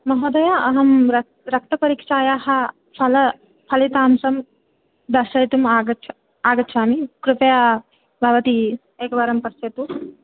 महोदय अहं रक्त् रक्तपरीक्षायाः फल फलितांशं दर्शयितुमागच्छ आगच्छामि कृपया भवती एकवारं पश्यतु